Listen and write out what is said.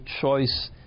choice